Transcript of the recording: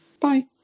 Bye